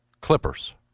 Clippers